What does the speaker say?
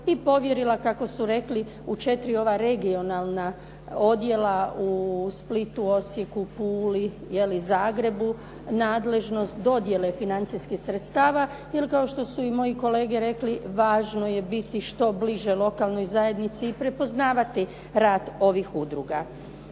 i povjerila kako su rekli u 4 ova regionalna odjela u Splitu, Osijeku, Puli, jeli Zagrebu nadležnost dodjele financijskih sredstva. Jer kao što su i moje kolege rekli, važno je biti što bliže lokalnoj zajednici i prepoznavati rad ovih udruga.